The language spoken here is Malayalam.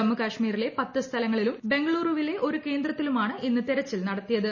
ജമ്മുകശ്മീരിലെ ് പത്ത് സ്ഥലങ്ങളിലും ബംഗളൂരുവിലെ ഒരു കേന്ദ്രത്തിലുമാണ് ഇന്ന് തെരച്ചിൽ നടത്തിയത്